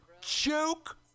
Joke